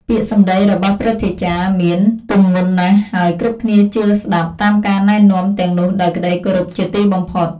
ពាក្យសម្ដីរបស់ព្រឹទ្ធាចារ្យមានទម្ងន់ណាស់ ហើយគ្រប់គ្នាជឿស្ដាប់តាមការណែនាំទាំងនោះដោយក្តីគោរពជាទីបំផុត។